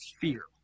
fear